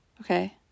Okay